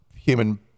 Human